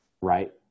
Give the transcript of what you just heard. right